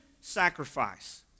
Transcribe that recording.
sacrifice